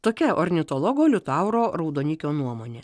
tokia ornitologo liutauro raudonikio nuomonė